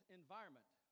environment